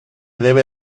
debe